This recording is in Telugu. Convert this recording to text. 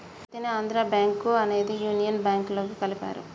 ఈ మధ్యనే ఆంధ్రా బ్యేంకు అనేది యునియన్ బ్యేంకులోకి కలిపారు